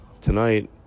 tonight